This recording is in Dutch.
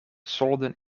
solden